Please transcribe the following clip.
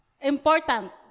important